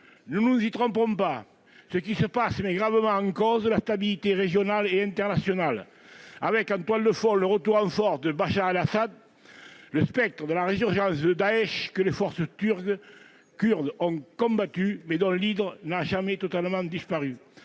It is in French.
Ne nous y trompons pas : ce qui se passe met gravement en cause la stabilité régionale et internationale, avec en toile de fond le retour en force de Bachar al-Assad, le spectre de la résurgence de Daech, que les forces kurdes ont combattu, mais qui, comme l'hydre, n'a jamais totalement disparu,